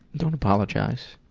don't apologize. s